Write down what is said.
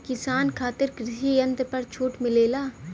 किसान खातिर कृषि यंत्र पर भी छूट मिलेला?